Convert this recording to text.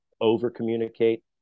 Over-communicate